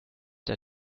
der